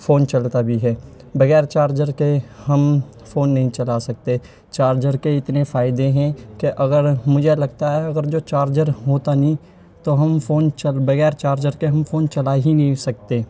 phone چلتا بھی ہے بغیر چارجر کے ہم فون نہیں چلا سکتے چارجر کے اتنے فائدے ہیں کہ اگر مجھے لگتا ہے اگر جو چارجر ہوتا نہیں تو ہم فون بغیر چارجر کے ہم فون چلا ہی نہیں سکتے